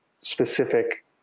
specific